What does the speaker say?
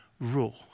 rule